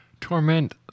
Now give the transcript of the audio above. torment